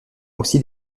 aussi